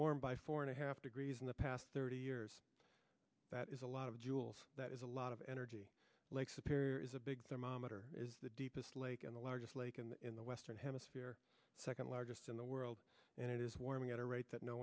warmed by four and a half degrees in the past thirty years that is a lot of jewels that is a lot of energy lake superior is a big thermometer is the deepest lake in the largest lake and in the western hemisphere second largest in the world and it is warming at a rate that no